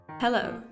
Hello